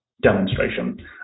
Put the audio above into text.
demonstration